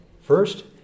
First